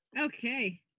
Okay